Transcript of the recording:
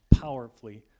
powerfully